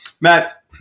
Matt